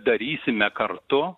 darysime kartu